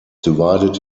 divided